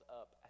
up